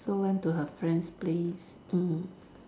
so went to her friend's place mm